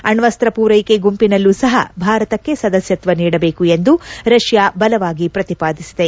ಅಣ್ವಸ್ತ್ರ ಪೂರೈಕೆ ಗುಂಪಿನಲ್ಲೂ ಸಹ ಭಾರತಕ್ಕೆ ಸದಸ್ಯತ್ವ ನೀಡಬೇಕು ಎಂದು ರಷ್ಯಾ ಬಲವಾಗಿ ಪ್ರತಿಪಾದಿಸಿದೆ